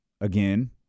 again